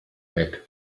back